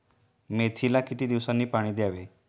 मेथीला किती दिवसांनी पाणी द्यावे?